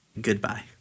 Goodbye